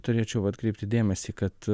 turėčiau atkreipti dėmesį kad